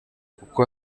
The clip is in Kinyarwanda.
kuko